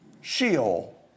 Sheol